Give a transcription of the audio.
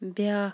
بیٛاکھ